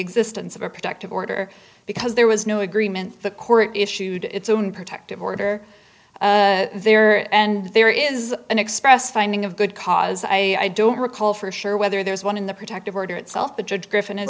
existence of a protective order because there was no agreement the court issued its own protective order there and there is an expressed finding of good cause i don't recall for sure whether there is one in the protective order itself the judge griffin